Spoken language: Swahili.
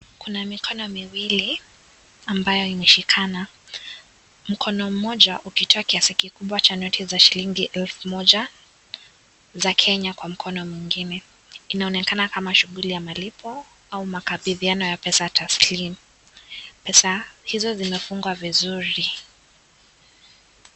Kuna mikono miwili ambayo imeshikana. Mkono mmoja ukitoa kiasi kikubwa cha noti za shilingi elfu moja za Kenya kwa mkono mwingine. Inaonekana kama shughuli ya malipo au makabidhiano ya pesa taslim. Pesa hizo zimefungwa vizuri.